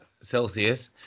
Celsius